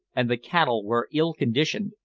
and the cattle were ill-conditioned,